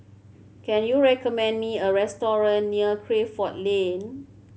can you recommend me a restaurant near Crawford Lane